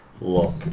look